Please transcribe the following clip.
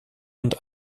und